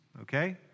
Okay